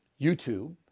YouTube